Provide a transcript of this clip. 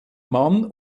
mann